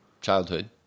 childhood